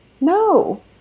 No